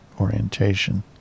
orientation